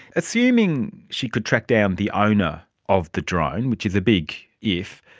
assuming she could track down the owner of the drone, which is a big if,